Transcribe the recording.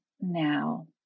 now